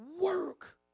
work